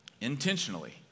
intentionally